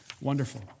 Wonderful